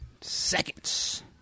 seconds